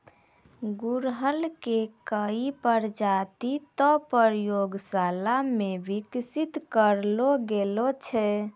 गुड़हल के कई प्रजाति तॅ प्रयोगशाला मॅ विकसित करलो गेलो छै